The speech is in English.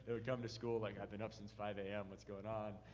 and school like, i've been up since five a m, what's going on?